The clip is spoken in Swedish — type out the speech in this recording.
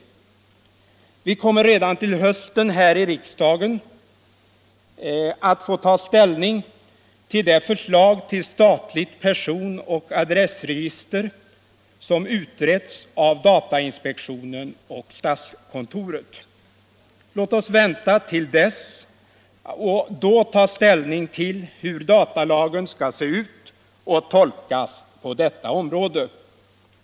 Riksdagen kommer redan i höst att få ta ställning till det förslag till statligt person och adressregister som utretts av datainspektionen och statskontoret. Låt oss vänta till dess och då ta ställning till hur datalagen - skall se ut och tolkas på detta område.